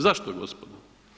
Zašto gospodo?